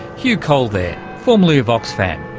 hugh cole there, formerly of oxfam.